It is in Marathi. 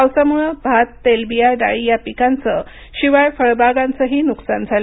पावसामुळं भाततेलबिया डाळी या पिकांचं शिवाय फळबागा यांचं नुकसान झालं